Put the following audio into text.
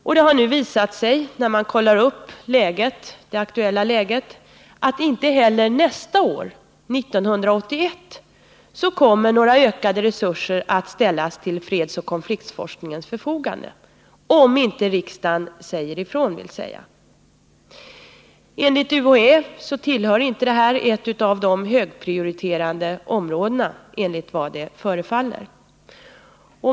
Och det har nu när vi kollat upp det aktuella läget visat sig att inte heller nästa år, 1981, kommer några ökade resurser att ställas till fredsforskningens förfogande — om inte riksdagen säger ifrån, vill säga. Det ärinte ett av de högprioriterade områdena för UHÄ enligt vad det förefaller.